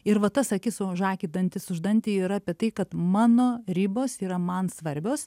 ir va tas akis už akį dantis už dantį yra apie tai kad mano ribos yra man svarbios